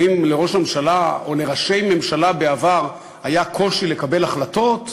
האם לראש הממשלה או לראשי ממשלה בעבר היה קושי לקבל החלטות?